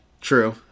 True